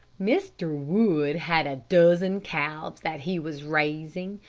mr. wood had a dozen calves that he was raising,